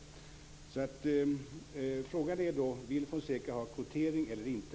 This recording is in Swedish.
Frågan är alltså om Juan Fonseca vill ha kvotering eller inte.